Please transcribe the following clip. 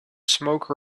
smoke